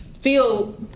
Feel